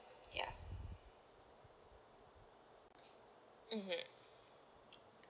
ya mmhmm